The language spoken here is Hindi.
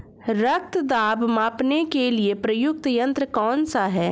रक्त दाब मापने के लिए प्रयुक्त यंत्र कौन सा है?